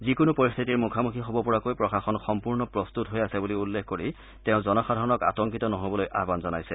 যিকোনো পৰিস্থিতিৰ মুখামুখি হ'ব পৰাকৈ প্ৰশাসন সম্পূৰ্ণ প্ৰস্তত হৈ আছে বুলি উল্লেখ কৰি তেওঁ জনসাধাৰণক আতংকিত নহ'বলৈ আয়ান জনাইছে